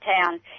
town